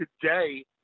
today